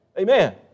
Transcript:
Amen